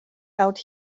out